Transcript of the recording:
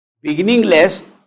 beginningless